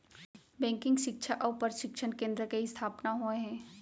banking सिक्छा अउ परसिक्छन केन्द्र के इस्थापना होय हे